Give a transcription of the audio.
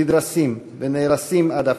נדרסים ונהרסים עד עפר.